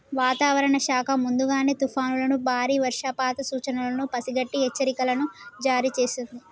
వాతావరణ శాఖ ముందుగానే తుఫానులను బారి వర్షపాత సూచనలను పసిగట్టి హెచ్చరికలను జారీ చేస్తుంది